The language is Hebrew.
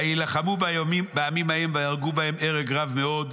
ויילחמו בעמים ההם ויהרגו בהם הרג רב מאוד,